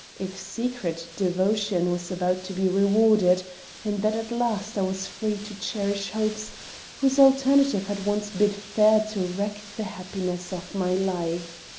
if secret, devotion was about to be rewarded and that at last i was free to cherish hopes whose alternative had once bid fair to wreck the happiness of my life.